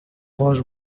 voz